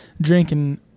drinking